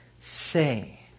say